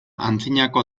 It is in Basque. antzinako